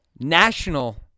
National